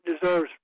deserves